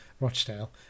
Rochdale